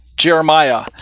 Jeremiah